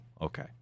okay